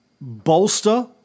bolster